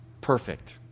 perfect